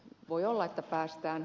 voi olla että päästään